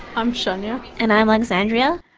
i'm shonya. and i'm alexandria.